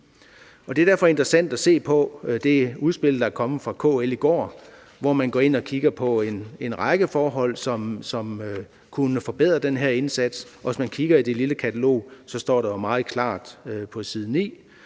Det er derfor interessant at se på det udspil, der er kommet fra KL i går, hvor man går ind og kigger på en række forhold, som kunne forbedre den her indsats. Og hvis man kigger i det lille katalog, står der jo meget klart på side 9: